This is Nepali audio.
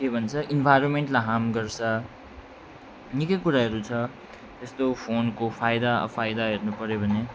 इन्भाइरोन्मेन्टलाई हार्म गर्छ निकै कुराहरू छ जस्तो फोनको फाइदा अफाइदा हेर्नुपर्यो भने